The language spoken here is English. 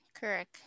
Correct